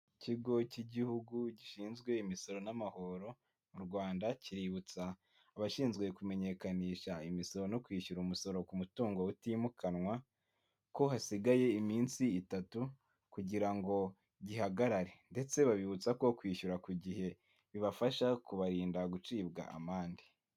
Ikigo cy'igihugu gishinzwe imisoro n'amahoro mu Rwanda, kiributsa abashinzwe kumenyekanisha imisoro no kwishyura umusoro ku mutungo utimukanwa ko hasigaye iminsi itatu kugira ngo gihagarare ndetse babibutsa ko kwishyura ku gihe bibafasha kubarinda gucibwa amande.